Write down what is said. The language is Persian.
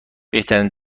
بهترین